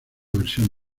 versión